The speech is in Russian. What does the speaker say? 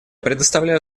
предоставляю